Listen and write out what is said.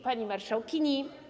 Pani Marszałkini!